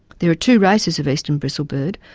there are two races of eastern bristlebird.